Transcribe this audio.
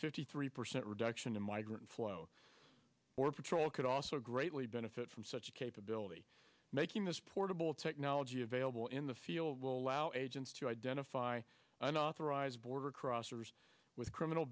fifty three percent reduction in migrant flow or patrol could also greatly benefit from such a capability making this portable technology available in the field will allow agents to identify unauthorized border crossers with criminal